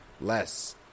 less